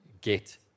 get